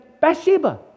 Bathsheba